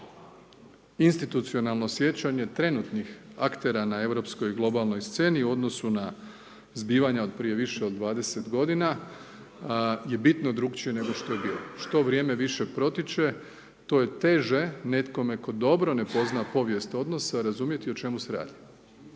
Institucionalno sjećanje trenutnih aktera na europskoj globalnoj sceni u odnosu na zbivanja od prije više od 20 godina je bitno drukčije nego što je bilo, što vrijeme više protiče to je teže netkome tko dobro ne pozna povijest odnosa razumjeti o čemu se radi.